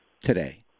today